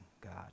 God